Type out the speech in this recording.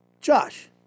Josh